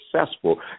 successful